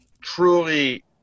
truly